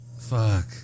Fuck